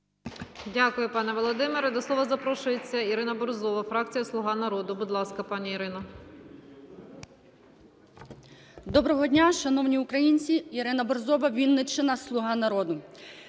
Дякую, пане Володимире. До слова запрошується Ірина Борзова, фракція "Слуга народу". Будь ласка, пані Ірино. 13:07:19 БОРЗОВА І.Н. Доброго дня, шановні українці! Ірина Борзова, Вінниччина, "Слуга народу".